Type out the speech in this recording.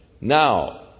Now